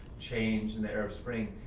change and the arab spring?